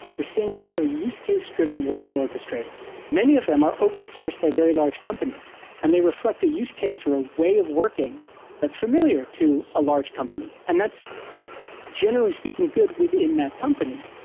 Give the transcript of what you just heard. we're seeing a lot of use-case-driven workflow orchestrator. so many of them are open sourced by very large companies and they reflect a use case or a way of working that's familiar to a large company, and that's generally speaking good within that company.